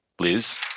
Liz